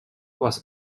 was